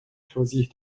توضیح